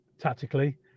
tactically